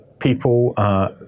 people